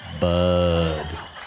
bud